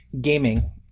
gaming